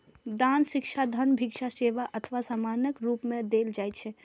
दान शिक्षा, धन, भिक्षा, सेवा अथवा सामानक रूप मे देल जाइ छै